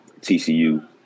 TCU